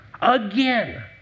again